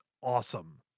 awesome